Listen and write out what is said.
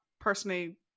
personally